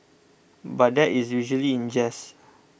but that is usually in jest